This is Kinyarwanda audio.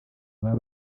baba